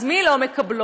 אז מי לא מקבלות?